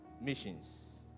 missions